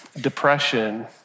depression